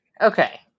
Okay